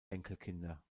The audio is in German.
enkelkinder